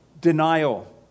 denial